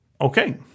Okay